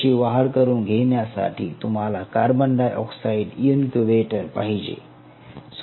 त्याची वाढ करून घेण्यासाठी तुम्हाला कार्बन डाय ऑक्साईड इनक्यूबेटर पाहिजे